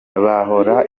bahora